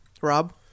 Rob